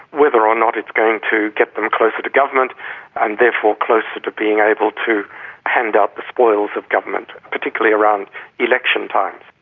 whether or not it's going to get them closer to government and therefore closer to being able to hand out the spoils of government, particularly around election times.